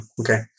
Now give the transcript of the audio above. Okay